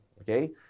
okay